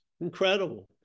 Incredible